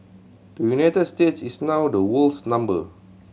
the United States is now the world's number